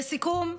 לסיכום,